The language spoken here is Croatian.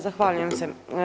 Zahvaljujem se.